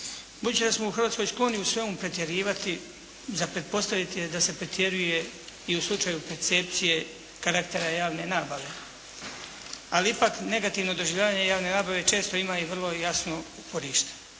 Budući da smo u Hrvatskoj skloni u svemu pretjerivati, za pretpostaviti je da se pretjeruje i u slučaju percepcije karaktera javne nabave, ali ipak negativno doživljavanje javne nabave često ima i vrlo jasno uporište.